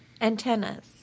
Antennas